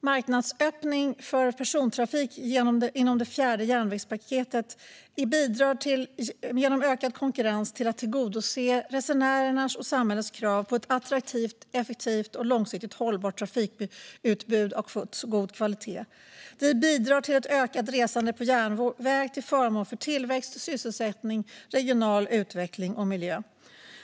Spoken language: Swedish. Marknadsöppning för persontrafik inom det fjärde järnvägspaketet bidrar genom ökad konkurrens till att tillgodose resenärernas och samhällets krav på ett attraktivt, effektivt och långsiktigt hållbart trafikutbud av god kvalitet. Det bidrar till ökat resande på järnväg till förmån för tillväxt, sysselsättning, regional utveckling och miljö.